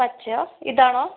പച്ചയോ ഇതാണോ